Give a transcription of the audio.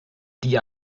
die